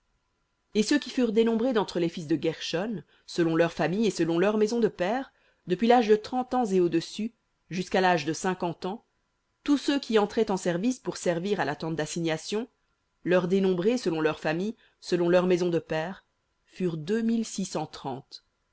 et ceux qui furent dénombrés d'entre les fils de guershon selon leurs familles et selon leurs maisons de pères depuis l'âge de trente ans et au-dessus jusqu'à l'âge de cinquante ans tous ceux qui entraient en service pour servir à la tente dassignation leurs dénombrés selon leurs familles selon leurs maisons de pères furent